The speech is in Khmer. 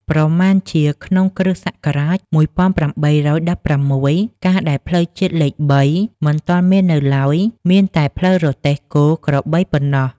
ប្រមាណជាក្នុងគ. ស. ១៨១៦ កាលដែលផ្លូវជាតិលេខ ៣ មិនទាន់មាននៅឡើយ មានតែផ្លូវរទេះគោ- ក្របីប៉ុណ្ណោះ